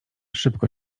szybko